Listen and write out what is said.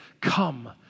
Come